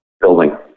building